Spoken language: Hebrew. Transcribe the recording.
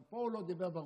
גם פה הוא לא דיבר ברור,